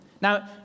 Now